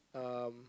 um